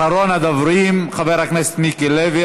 אחרון הדוברים, חבר הכנסת מיקי לוי.